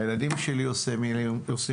הילדים שלי עושים מילואים,